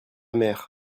mère